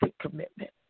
commitment